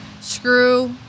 screw